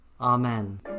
Amen